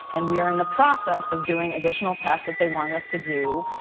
and we are in the process of doing additional tests that they wanted us to do,